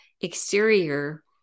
exterior